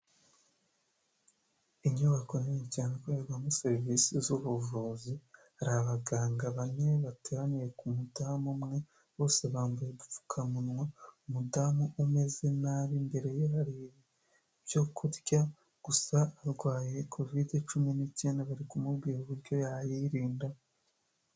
Inyubako nini cyane ikorerwamo serivisi z'ubuvuzi hari abaganga bane bateraniye ku mudamu umwe bose bambaye udupfukamunwa, umudamu umeze nabi imbere hari ibyo kurya gusa arwaye kovide cumi n'icyenda bari kumubwira uburyo yayirinda.